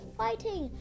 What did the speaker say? fighting